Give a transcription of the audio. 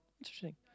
Interesting